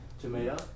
tomato